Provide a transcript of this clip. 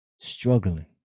struggling